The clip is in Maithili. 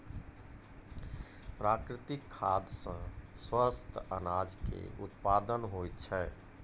प्राकृतिक खाद सॅ स्वस्थ अनाज के उत्पादन होय छै